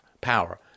power